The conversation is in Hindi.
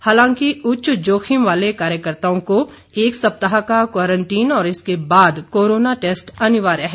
हालांकि उच्च जोखिम वाले कार्यकर्ताओं को एक सप्ताह का क्वारंटीन और इसके बाद कोरोना टैस्ट अनिवार्य है